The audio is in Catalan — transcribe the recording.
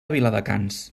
viladecans